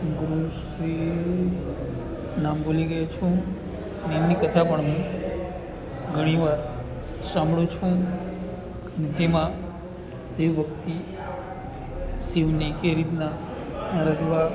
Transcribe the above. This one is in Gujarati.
ગુરુ શ્રી નામ ભૂલી ગયો છું એમની કથા પણ હું ઘણી વાર સાંભળું છું અને તેમાં શિવ ભક્તિ શિવની કે રીતના આરાદવા